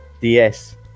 DS